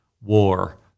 war